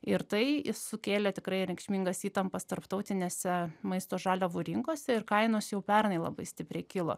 ir tai sukėlė tikrai reikšmingas įtampas tarptautinėse maisto žaliavų rinkose ir kainos jau pernai labai stipriai kilo